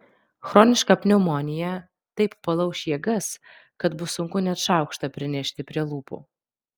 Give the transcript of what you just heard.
chroniška pneumonija taip palauš jėgas kad bus sunku net šaukštą prinešti prie lūpų